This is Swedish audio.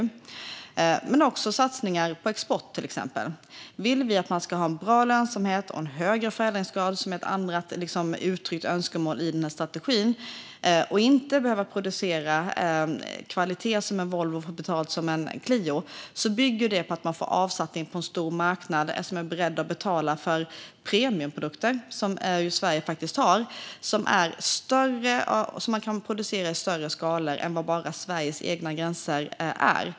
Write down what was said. Det handlar också om satsningar på export. Att man har en bra lönsamhet och en högre förädlingsgrad, vilket är ett uttryckt önskemål i strategin, samt att man inte behöver producera kvalitet som en Volvo men få betalt som för en Clio bygger på att man får avsättning på en stor marknad som är beredd att betala för premiumprodukter, som Sverige faktiskt har och som kan produceras i större skala än för bara inom Sveriges gränser.